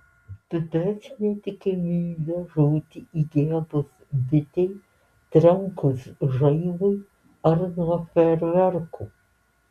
didesnė tikimybė žūti įgėlus bitei trenkus žaibui ar nuo fejerverkų